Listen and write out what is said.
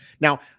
Now